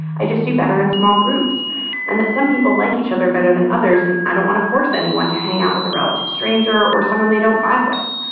i just do better in small groups and that some people like each other better than others. and i don't want to force anyone to hang out with a relative stranger or someone they don't vibe with.